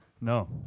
No